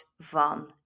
van